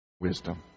wisdom